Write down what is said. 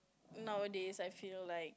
nowadays I feel like